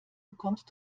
bekommst